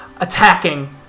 attacking